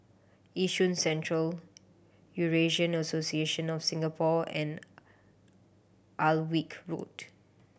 Yishun Central Eurasian Association of Singapore and Alnwick Road